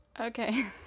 Okay